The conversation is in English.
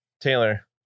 Taylor